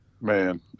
man